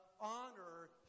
honor